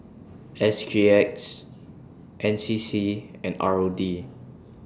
S G X N C C and R O D